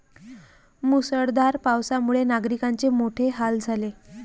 मुसळधार पावसामुळे नागरिकांचे मोठे हाल झाले